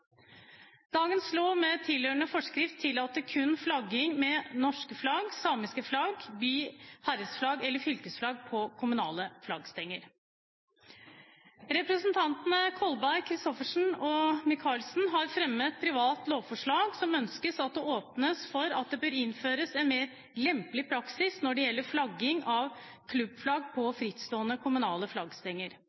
Dagens lov med tilhørende forskrift tillater kun flagging med norsk flagg, samisk flagg, by- herreds- eller fylkesflagg på kommunale flaggstenger. Representantene Kolberg, Christoffersen og Micaelsen har fremmet et privat lovforslag der man ønsker at det åpnes for å innføre en mer lempelig praksis når det gjelder flagging med klubbflagg på frittstående kommunale flaggstenger.